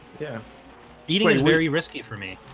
yeah, he's very risky for me.